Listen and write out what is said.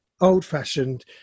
old-fashioned